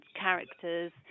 characters